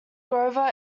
grover